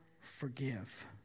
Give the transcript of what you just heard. forgive